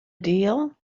deal